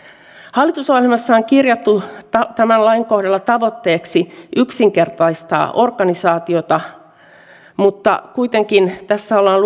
hallitusohjelmassa on kirjattu tämän lain kohdalla tavoitteeksi yksinkertaistaa organisaatiota mutta kuitenkin tässä ollaan